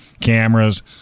cameras